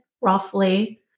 roughly